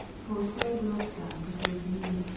for so wilt thou preserve me,